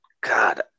God